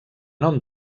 nom